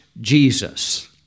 Jesus